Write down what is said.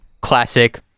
classic